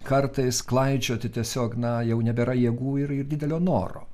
kartais klaidžioti tiesiog na jau nebėra jėgų ir ir didelio noro